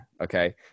Okay